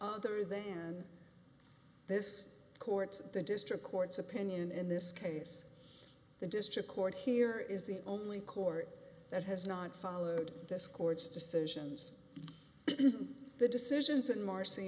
other than this court the district court's opinion in this case the district court here is the only court that has not followed this court's decisions the decisions in mar